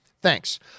Thanks